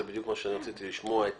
זה בדיוק מה שרציתי לשמוע את